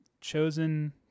chosen